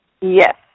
Yes